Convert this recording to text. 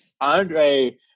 Andre